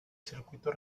circuito